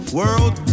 world